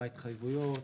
מה ההתחייבויות,